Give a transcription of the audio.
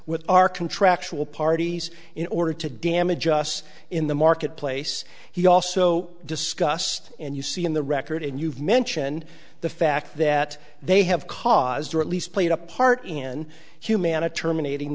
with our contractual parties in order to damage us in the marketplace he also discussed and you see in the record and you've mentioned the fact that they have caused or at least played a part in humana terminating